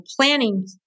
planning